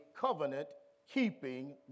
covenant-keeping